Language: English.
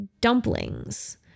dumplings